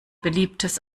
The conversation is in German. beliebtes